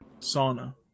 sauna